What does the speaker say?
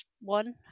one